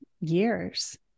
years